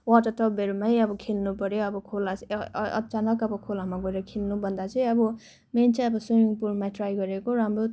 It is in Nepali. वाटर टबहरूमै अब खेल्नु पऱ्यो अब खोला चाहिँ अब अचानक खोलामा गएर खेल्नुभन्दा चाहिँ अब मेन चाहिँ स्विमिङ पुललमा ट्राई गरेको राम्रो